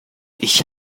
ich